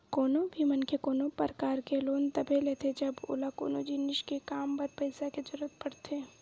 कोनो भी मनखे कोनो परकार के लोन तभे लेथे जब ओला कोनो जिनिस के काम बर पइसा के जरुरत पड़थे